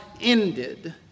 ended